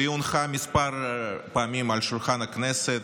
והיא הונחה כמה פעמים על שולחן הכנסת,